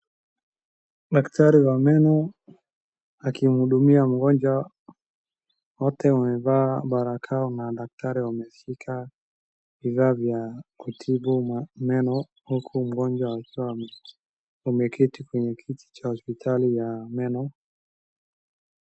Daktari wa meno akimhudumia mgonjwa wote wamevaa barakoa na madaktari wameshika vifaa vya kutibu meno huku mgonjwa akiwa ameketi kwenye kiti cha hospitali ya meno